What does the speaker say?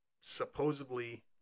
supposedly